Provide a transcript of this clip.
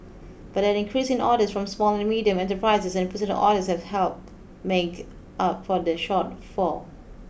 but an increase in orders from small and medium enterprises and personal orders has help make up for the shortfall